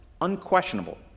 Unquestionable